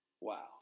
Wow